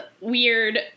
weird